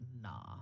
Nah